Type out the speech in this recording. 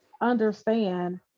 understand